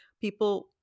people